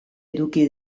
eduki